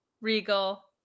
Regal